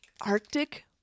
Arctic